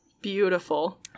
Beautiful